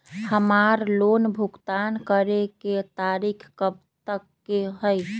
हमार लोन भुगतान करे के तारीख कब तक के हई?